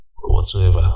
Whatsoever